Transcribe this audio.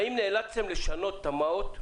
האם נאלצתם לשנות תמ"אות?